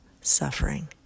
suffering